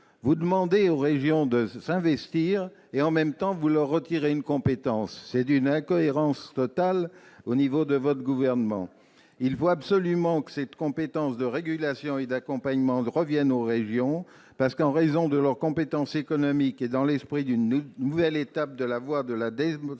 Vous demandez aux régions de s'investir et, en même temps, vous leur retirez une compétence. C'est d'une incohérence totale ! Il faut absolument que cette compétence de régulation et d'accompagnement revienne aux régions. En raison de leur compétence économique, et dans l'esprit d'une nouvelle étape de la décentralisation,